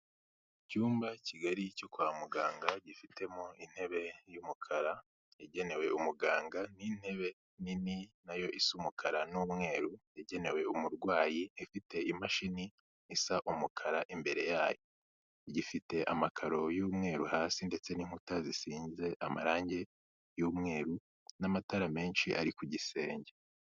Icyumba kigari cyo kwa muganga, gifitemo intebe y'umukara igenewe umuganga n'intebe nini na yo isa umukara n'umweru igenewe umurwayi, ifite imashini isa umukara imbere yayo, gifite amakaro y'umweru hasi ndetse n'inkuta zisize amarangi y'umweru n'amatara menshi ari ku gisenge.